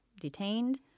detained